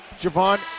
Javon